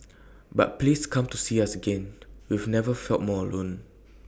but please come to see us again we've never felt more alone